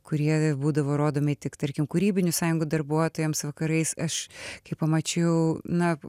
kurie būdavo rodomi tik tarkim kūrybinių sąjungų darbuotojams vakarais aš kai pamačiau na